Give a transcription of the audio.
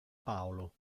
paolo